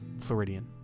Floridian